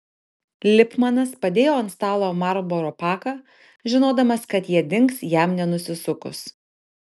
lipmanas padėjo ant stalo marlboro paką žinodamas kad jie dings jam nenusisukus